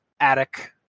attic